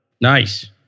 nice